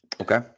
Okay